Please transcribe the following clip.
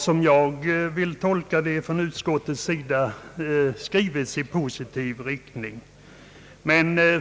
Som jag vill tolka det har motionen av utskottet behandlats positivt.